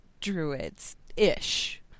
Druids-ish